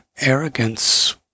arrogance